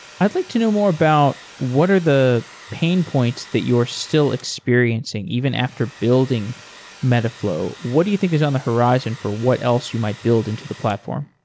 i'd like to know more about what are the pain points that you are still experiencing even after building metaflow. what do you think is on the horizon for what else you might build into the platform?